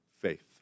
faith